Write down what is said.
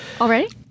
Already